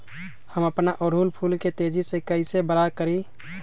हम अपना ओरहूल फूल के तेजी से कई से बड़ा करी?